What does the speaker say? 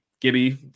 Gibby